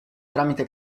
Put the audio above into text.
tramite